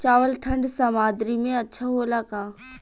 चावल ठंढ सह्याद्री में अच्छा होला का?